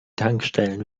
tankstellen